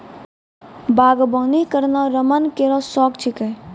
बागबानी करना रमन केरो शौक छिकै